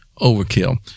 Overkill